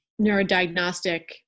neurodiagnostic